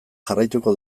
jarraituko